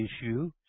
issue